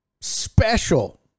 special